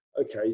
okay